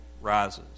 rises